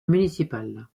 municipal